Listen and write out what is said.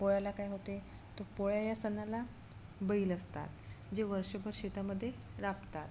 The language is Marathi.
पोळ्याला काय होते तर पोळा या सणाला बैल असतात जे वर्षभर शेतामध्ये राबतात